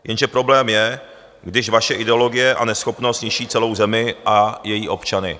Jenže problém je, když vaše ideologie a neschopnost ničí celou zemi a její občany.